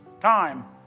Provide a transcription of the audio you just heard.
Time